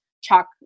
chalk